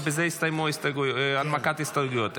ובזה הסתיימה הנמקת ההסתייגויות.